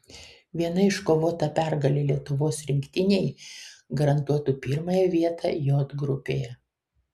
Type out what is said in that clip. viena iškovota pergalė lietuvos rinktinei garantuotų pirmąją vietą j grupėje